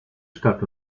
stadt